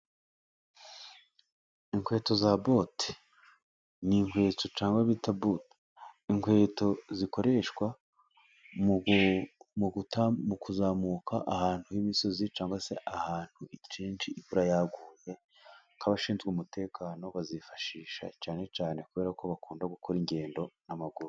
Inkweto za bote ni inkweto cyangwa bita bote. Ni inkweto zikoreshwaguta mu kuzamuka ahantu h'imisozi cyangwa se ahantu imvura yaguye, nk'abashinzwe umutekano bazifashisha cyane kubera ko bakunda gukora ingendo n'amaguru.